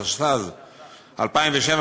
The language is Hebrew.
התשס"ז 2007,